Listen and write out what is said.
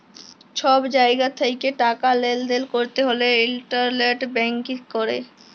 ছব জায়গা থ্যাকে টাকা লেলদেল ক্যরতে হ্যলে ইলটারলেট ব্যাংকিং ক্যরে